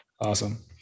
Awesome